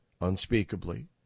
unspeakably